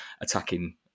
attacking